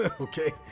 Okay